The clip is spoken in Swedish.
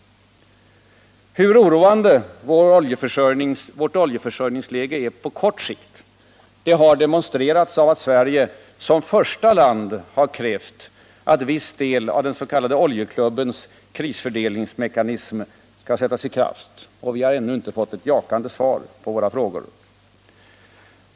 Hur oroande vårt oljeförsörjningsläge är på kort sikt har demonstrerats av att Sverige som första land krävt att viss del av den s.k. oljeklubbens krisfördelningsmekanism skall sättas i kraft. Vi har ännu inte fått ett jakande svar på vårt krav.